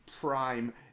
prime